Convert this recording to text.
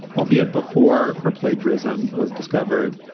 albeit before her plagiarism was discovered.